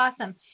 awesome